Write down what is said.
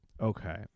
okay